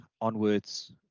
onwards